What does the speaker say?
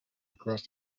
across